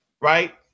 right